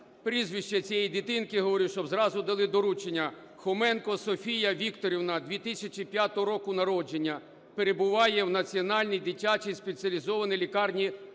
прізвище цієї дитинки говорю, щоб зразу дали доручення: Хоменко Софія Вікторівна, 2005 року народження, перебуває в Національній дитячій спеціалізованій лікарні